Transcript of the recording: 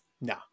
No